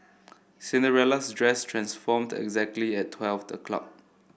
Cinderella's dress transformed exactly at twelve o'clock